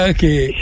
Okay